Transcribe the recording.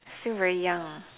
still very young